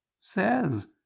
says